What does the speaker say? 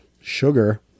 sugar